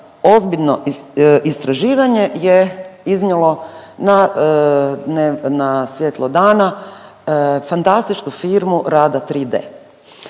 ozbiljno istraživanje je iznijelo na svjetlo dana fantastičnu firmu Rada 3D.